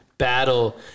battle